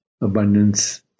abundance